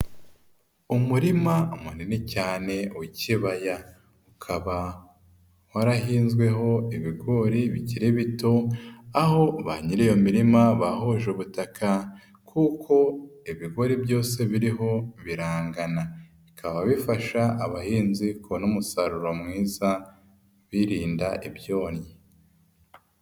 Umurima munini cyane w'ikibaya. Ukaba warahinzweho ibigori bikiri bito, aho ba nyiri iyo mirima bahuje ubutaka kuko ibigori byose biriho birangana. Bikaba bifasha abahinzi kubona umusaruro mwiza birinda ibyonnyi.